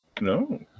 No